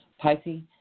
Pisces